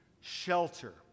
shelter